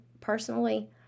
personally